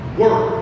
work